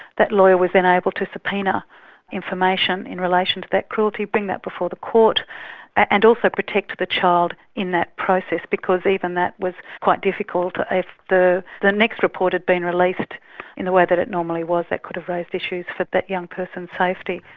that lawyer was then able to subpoena information in relation to that cruelty, bring that before the court and also protect the child in that process, because even that was quite difficult. if the the next report had been released in the way that it normally was that could have raised issues for that young person's safety.